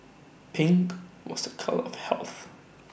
pink was A colour of health